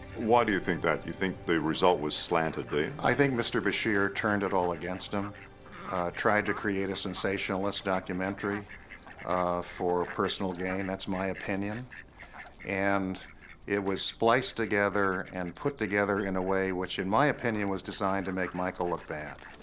why do you think that you think the result was slanted dean i think mr. bashir turned it all against him tried to create a sensationalist documentary for personal gain, that's my opinion and it was spliced together and put together in a way which in my opinion was designed to make michael look bad